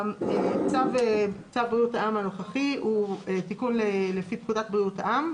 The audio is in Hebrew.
צו בריאות העם הנוכחי הוא תיקון לפי פקודת בריאות העם,